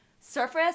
surface